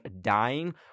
dying